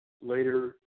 later